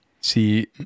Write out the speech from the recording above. See